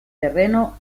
terreno